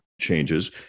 changes